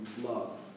love